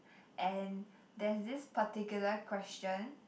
and there's this particular question